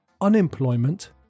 unemployment